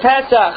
Pesach